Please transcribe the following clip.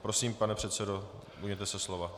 Prosím, pane předsedo, ujměte se slova.